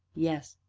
yes,